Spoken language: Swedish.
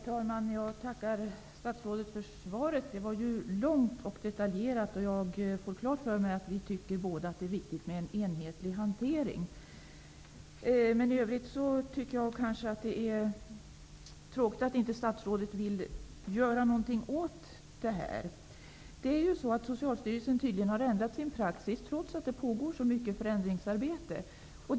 Herr talman! Jag tackar statsrådet för svaret. Det var långt och detaljerat, och jag har fått klart för mig att vi båda tycker att det är viktigt med en enhetlig hantering. I övrigt tycker jag att det är tråkigt att statsrådet inte vill göra någonting åt det här problemet. Socialstyrelsen har tydligen ändrat sin praxis, trots att så mycket förändringsarbete pågår.